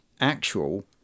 actual